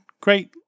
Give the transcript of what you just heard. great